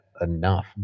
enough